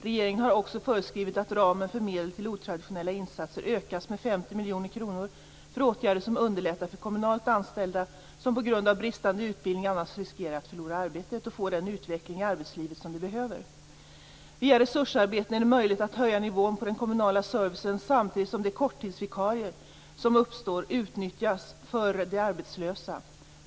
Regeringen har också föreskrivit att ramen för medel till otraditionella insatser ökas med 50 miljoner kronor för åtgärder som underlättar för kommunalt anställda, som på grund av bristande utbildning annars riskerar att förlora arbetet, att få den utveckling i arbetslivet som de behöver. Via resursarbeten är det möjligt att höja nivån på den kommunala servicen, samtidigt som de korttidsvikariat som uppstår utnyttjas för de arbetslösa.